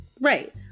right